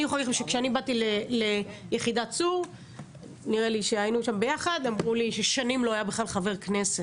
אני זוכרת שכשבאתי ליחידת צור אמרו לי ששנים לא היו בכלל חברי כנסת.